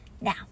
Now